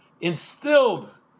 instilled